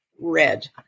red